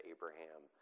Abraham